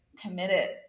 committed